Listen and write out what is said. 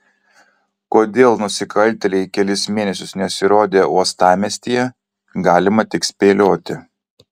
kodėl nusikaltėliai kelis mėnesius nesirodė uostamiestyje galima tik spėlioti